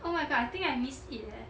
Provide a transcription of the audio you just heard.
oh my god I think I miss it eh